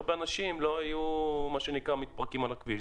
הרבה אנשים לא היו מתפרקים על הכביש.